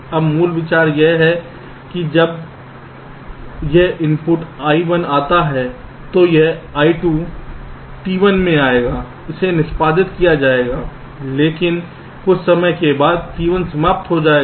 अब मूल विचार यह है कि जब यह इनपुट I1 आता है तो पहले I1 T1 में आएगा इसे निष्पादित किया जाएगा लेकिन कुछ समय बाद T1 समाप्त हो जाएगा